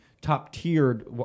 top-tiered